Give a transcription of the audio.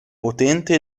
potente